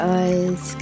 eyes